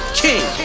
king